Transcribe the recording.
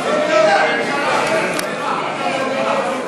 ההסתייגות של חבר הכנסת אראל מרגלית לסעיף 12 לא